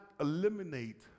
eliminate